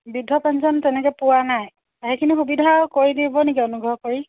বৃদ্ধ পেঞ্চন তেনেকে পোৱা নাই সেইখিনি সুবিধা কৰি দিব নেকি অনুগ্ৰহ কৰি